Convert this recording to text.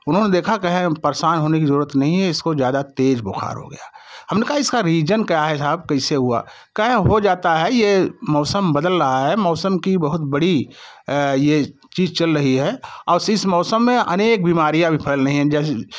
उन्होंने देखा कहें परेशान होने की जरूरत नहीं है इसको ज्यादा तेज बुखार हो गया हमने कहा इसका रीजन क्या है साहब कैसे हुआ कहें हो जाता है ये मौसम बदल रहा है मौसम की बहुत बड़ी ये चीज चल रही है और इस मौसम में अनेक बीमारियाँ भी फैल रही हैं जैसे